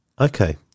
Okay